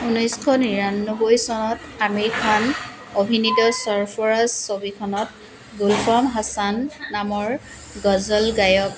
ঊনৈছশ নিৰান্নবৈ চনত আমীৰ খান অভিনীত ছৰফৰাচ ছবিখনত গুল্ফাম হাছান নামৰ গজল গায়ক